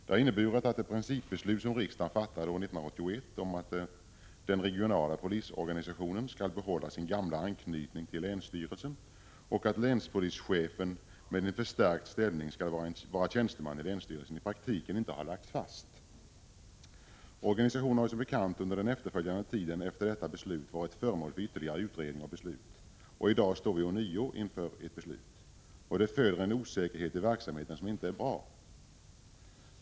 Det har inneburit att det principbeslut som riksdagen fattade år 1981 om att den regionala polisorganisationen skall behålla sin gamla anknytning till länsstyrelsen och att länspolischefen med en förstärkt ställning skall vara tjänsteman i länsstyrelsen i praktiken inte har lagts fast. Organisationen har ju som bekant under tiden efter detta beslut varit föremål för ytterligare utredning och beslut. I dag står vi ånyo inför ett beslut. Det föder en osäkerhet i verksamheten som inte är bra.